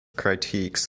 critiques